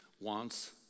wants